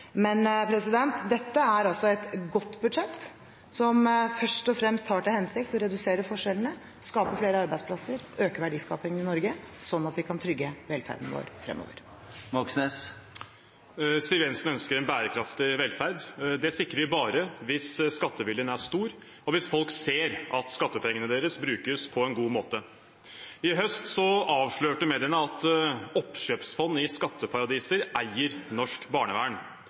Dette er et godt budsjett, som først og fremst har til hensikt å redusere forskjellene, skape flere arbeidsplasser og øke verdiskapingen i Norge, slik at vi kan trygge velferden vår fremover. Siv Jensen ønsker en bærekraftig velferd. Det sikrer vi bare hvis skatteviljen er stor, og hvis folk ser at skattepengene deres brukes på en god måte. I høst avslørte mediene at oppkjøpsfond i skatteparadiser eier norsk barnevern.